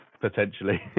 potentially